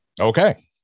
Okay